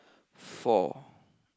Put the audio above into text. four